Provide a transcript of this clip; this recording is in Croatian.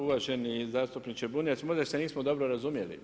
Uvaženi zastupniče Bunjac, možda se nismo dobro razumjeli.